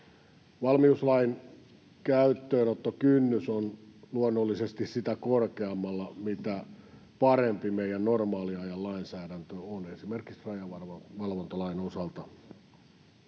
Valmiuslain käyttöönottokynnys on luonnollisesti sitä korkeammalla, mitä parempi meidän normaaliajan lainsäädäntömme on esimerkiksi rajavalvontalain osalta.